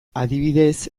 adibidez